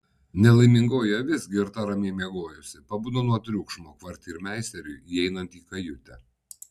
nelaimingoji avis girta ramiai miegojusi pabudo nuo triukšmo kvartirmeisteriui įeinant į kajutę